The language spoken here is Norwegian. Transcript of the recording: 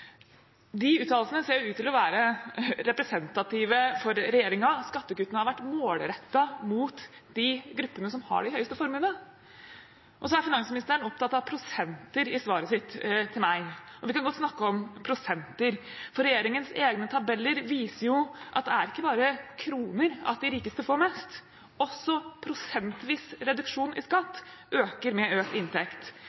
De uttalelsene ser ut til å være representative for regjeringen. Skattekuttene har vært målrettet mot de gruppene som har de høyeste formuene. Og så er finansministeren opptatt av prosenter i svaret sitt til meg, og vi kan godt snakke om prosenter, for regjeringens egne tabeller viser at det er ikke bare i kroner at de rikeste får mest. Også prosentvis reduksjon i skatt